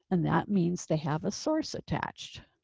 and that means they have a source attached.